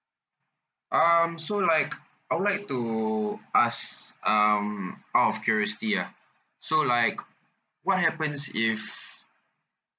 um so like I would like to ask um out of curiosity ah so like what happens if